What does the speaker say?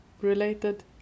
related